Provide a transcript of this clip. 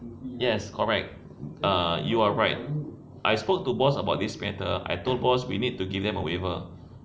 yes correct ah you are right I spoke to boss about this matter I told boss we need to give a waiver